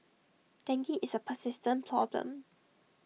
dengue is A persistent problem